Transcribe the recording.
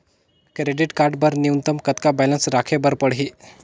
Credit card बर न्यूनतम कतका बैलेंस राखे बर पड़ही?